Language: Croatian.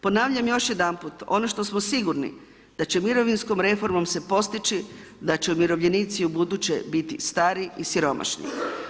Ponavljam još jedanput, ono što smo sigurni da će mirovinskom reformom će se postiži da će umirovljenici ubuduće biti stari i siromašni.